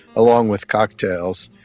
along with cocktails,